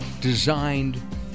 designed